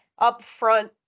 upfront